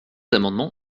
amendements